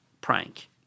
prank